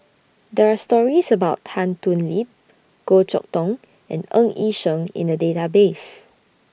There Are stories about Tan Thoon Lip Goh Chok Tong and Ng Yi Sheng in The Database